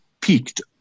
peaked